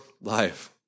life